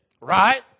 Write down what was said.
right